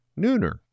Nooner